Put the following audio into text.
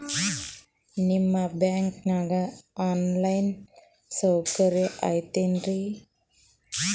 ನಿಮ್ಮ ಬ್ಯಾಂಕನಾಗ online ಸೌಕರ್ಯ ಐತೇನ್ರಿ?